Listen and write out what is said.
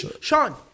Sean